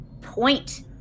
Point